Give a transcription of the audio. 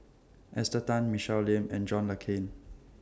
Esther Tan Michelle Lim and John Le Cain